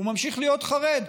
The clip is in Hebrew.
הוא ממשיך להיות חרד,